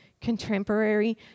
contemporary